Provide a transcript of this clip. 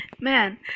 man